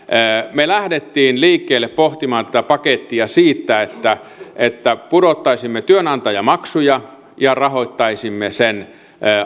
me lähdimme liikkeelle pohtimaan tätä pakettia siitä että että pudottaisimme työnantajamaksuja ja rahoittaisimme sen